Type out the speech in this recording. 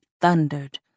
thundered